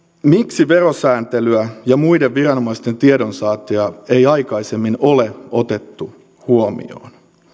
miksi verosääntelyä ja muiden viranomaisten tiedonsaantia ei aikaisemmin ole otettu huomioon